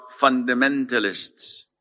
fundamentalists